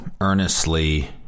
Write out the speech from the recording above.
earnestly